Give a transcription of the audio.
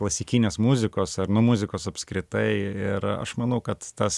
klasikinės muzikos ar nuo muzikos apskritai ir aš manau kad tas